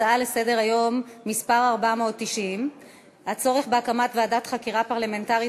הצעה לסדר-היום בנושא: הצורך בהקמת ועדת חקירה פרלמנטרית